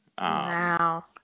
Wow